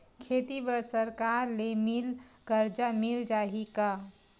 खेती बर सरकार ले मिल कर्जा मिल जाहि का?